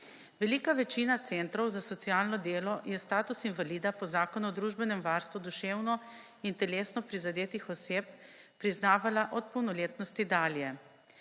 Velika večina centrov za socialno delo je status invalida po Zakonu o družbenem varstvu duševno in telesno prizadetih oseb priznavala od polnoletnosti dalje,